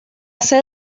sede